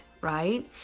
right